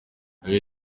ibyo